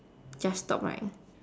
just stop right